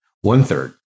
One-third